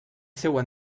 seua